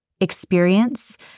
experience